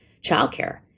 childcare